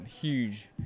huge